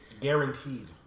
Guaranteed